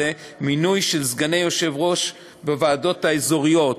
מינוי של סגני יושב-ראש בוועדות האזוריות,